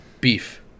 Beef